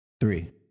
three